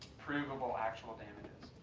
provable, actual damages.